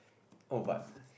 oh but